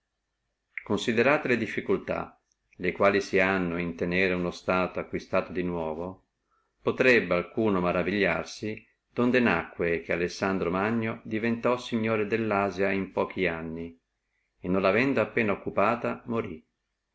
considerate le difficultà le quali si hanno a tenere uno stato di nuovo acquistato potrebbe alcuno maravigliarsi donde nacque che alessandro magno diventò signore della asia in pochi anni e non lavendo appena occupata morí